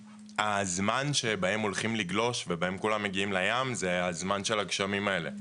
הזמן שבהם הולכים לגלוש ובהם כולם מגיעים לים זה הזמן של הגשמים האלה.